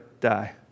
die